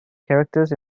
characters